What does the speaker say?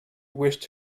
wished